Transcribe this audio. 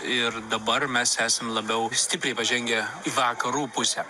ir dabar mes esam labiau stipriai pažengę į vakarų pusę